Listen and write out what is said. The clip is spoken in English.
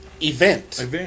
event